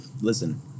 Listen